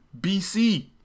BC